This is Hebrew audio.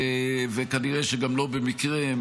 וכנראה גם שלא במקרה,